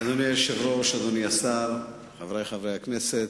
אדוני היושב-ראש, אדוני השר, חברי חברי הכנסת,